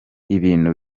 ibintu